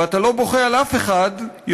ואתה לא בוכה על אף אחד יותר,